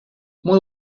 muy